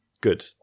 Good